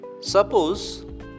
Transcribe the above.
Suppose